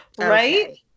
right